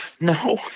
No